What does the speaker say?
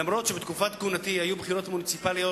אף-על-פי שבתקופת כהונתי היו בחירות מוניציפליות